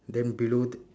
then below the